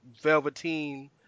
velveteen